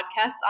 podcasts